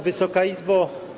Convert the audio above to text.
Wysoka Izbo!